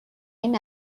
این